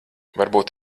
varbūt